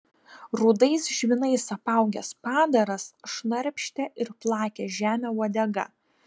rudais žvynais apaugęs padaras šnarpštė ir plakė žemę uodega